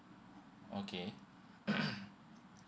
okay